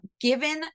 Given